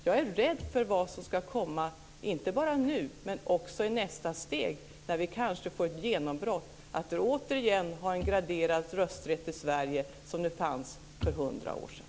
Jag är rädd för vad som ska komma, inte bara nu utan också i nästa steg när vi kanske får ett genombrott att återigen ha en graderad rösträtt i Sverige som det fanns för hundra år sedan.